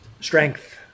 strength